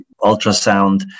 ultrasound